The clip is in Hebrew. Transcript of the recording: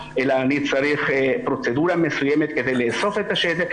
אלא אני צריך פרוצדורה מסוימת כדי לאסוף את השתן.